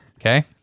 Okay